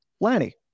Lanny